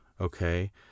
okay